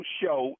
show